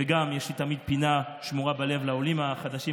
וגם יש לי תמיד פינה שמורה בלב לעולים החדשים,